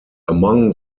among